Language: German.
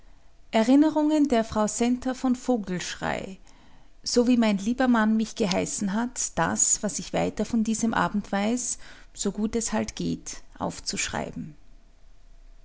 erinnerungen der frau centa von vogelschrey so wie mein lieber mann mich geheißen hat das was ich weiter von diesem abend weiß so gut es halt geht aufzuschreiben